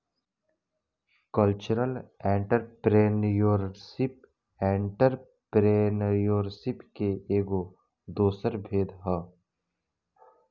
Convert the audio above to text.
cultural entrepreneurship entrepreneurship के एगो दोसर भेद ह